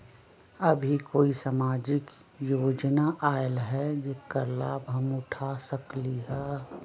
अभी कोई सामाजिक योजना आयल है जेकर लाभ हम उठा सकली ह?